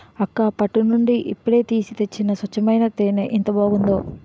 అక్కా పట్టు నుండి ఇప్పుడే తీసి తెచ్చిన స్వచ్చమైన తేనే ఎంత బావుందో